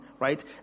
right